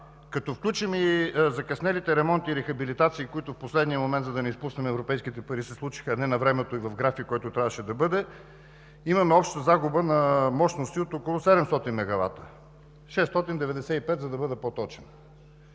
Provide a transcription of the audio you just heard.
Като включим и закъснелите ремонти и рехабилитации, които се случиха в последния момент, за да не изпуснем европейските пари, а не на времето и в график, който трябваше да бъде, имаме обща загуба на мощности от около 700 мегавата – 695, за да бъда по-точен.